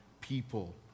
people